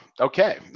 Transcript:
okay